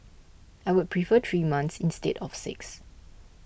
I would prefer three months instead of six